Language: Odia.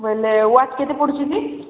ବେଲେ ୱାଚ୍ କେତେ ପଡ଼ୁଛେ କି